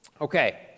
Okay